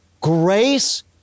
grace